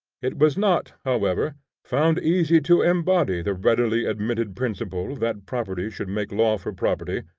it was not however found easy to embody the readily admitted principle that property should make law for property,